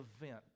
event